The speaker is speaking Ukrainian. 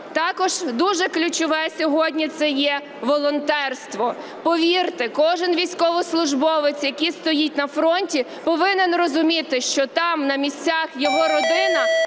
Також дуже ключове сьогодні – це є волонтерство. Повірте, кожен військовослужбовець, який стоїть на фронті, повинен розуміти, що там, на місцях, його родина